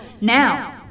Now